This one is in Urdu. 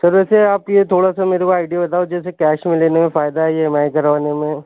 سر ویسے آپ یہ تھوڑا سا میرے کو آئیڈیا بتاؤ جیسے کیش میں لینے میں فائدہ ہے یا ای ایم آئی کروانے میں